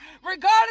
regardless